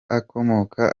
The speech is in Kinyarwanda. akomoka